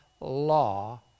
law